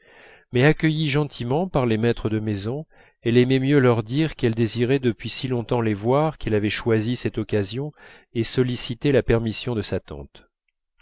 mais accueillie gentiment par les maîtres de la maison elle aimait mieux leur dire qu'elle désirait depuis si longtemps les voir qu'elle avait choisi cette occasion et sollicité la permission de sa tante